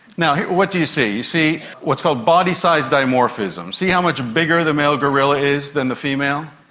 now, what do you see? you see what's called body size dimorphism. see how much bigger the male gorilla is than the female?